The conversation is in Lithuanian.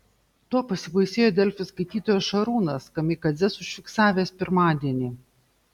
tuo pasibaisėjo delfi skaitytojas šarūnas kamikadzes užfiksavęs pirmadienį